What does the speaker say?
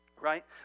right